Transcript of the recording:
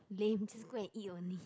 lame just go and eat only